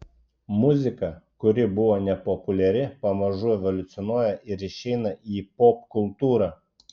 muzika kuri buvo nepopuliari pamažu evoliucionuoja ir išeina į popkultūrą